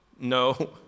No